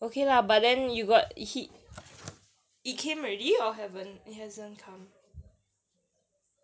okay lah but then you got he it came already or haven't it hasn't come